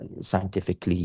scientifically